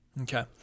Okay